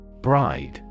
Bride